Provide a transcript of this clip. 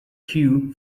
cue